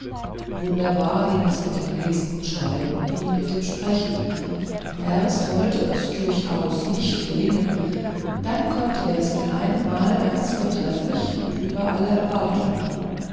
wunderbar ging es mit dem lesen und schreiben wie mit dem sprechen erst wollte es durchaus nicht gelingen und dann konnt er es mit einem mal ganz vortrefflich und über alle erwartung